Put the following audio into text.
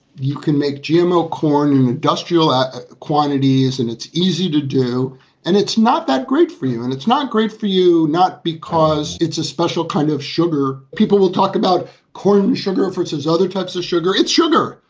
you can make gmo corn in industrial ah quantities and it's easy to do and it's not that great for you and it's not great for you, not because it's a special kind of sugar. people will talk about corn, sugar references, other types of sugar. it's sugar.